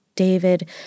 David